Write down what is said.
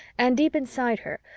and, deep inside her,